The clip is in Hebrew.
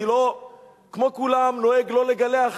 וכמו כולם אני נוהג לא לגלח